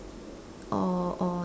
or or